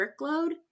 workload